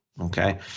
Okay